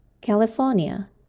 California